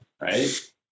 right